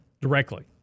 directly